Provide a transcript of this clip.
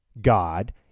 God